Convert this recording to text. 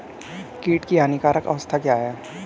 कीट की हानिकारक अवस्था क्या है?